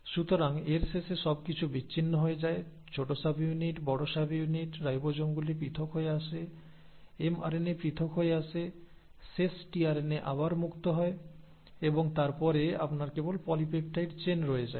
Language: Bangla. সুতরাং এর শেষে সবকিছু বিচ্ছিন্ন হয়ে যায় ছোট সাবইউনিট বড় সাবইউনিট রাইবোজোমগুলি পৃথক হয়ে আসে এমআরএনএ পৃথক হয়ে আসে শেষ টিআরএনএ আবার মুক্ত হয় এবং তারপরে আপনার কেবল পলিপেপটাইড চেইন রয়ে যায়